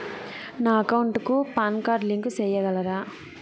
నా అకౌంట్ కు PAN card link సేయగలరా?